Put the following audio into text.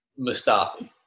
Mustafi